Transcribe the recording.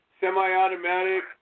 semi-automatic